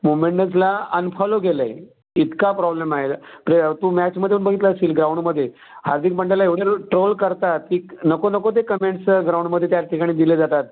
मुंब इंडियन्सला अनफॉलो केलं आहे इतका प्रॉब्लेम आहे तू मॅचमध्ये बघितलं असशील ग्राऊंडमध्ये हार्दिक पंड्याला एवढं ट्रोल करतात की नको नको ते कमेंट्स ग्राऊंडमध्ये त्याठिकाणी दिले जातात